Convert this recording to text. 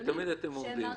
שתמיד אתם אומרים.